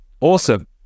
Awesome